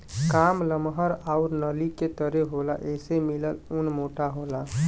कान लमहर आउर नली के तरे होला एसे मिलल ऊन मोटा होला